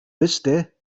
wüsste